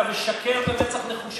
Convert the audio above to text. אתה משקר במצח נחושה.